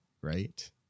right